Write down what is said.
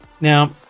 now